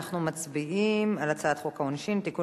אנחנו מצביעים בקריאה ראשונה על הצעת חוק העונשין (תיקון